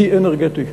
אי אנרגטי.